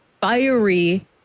fiery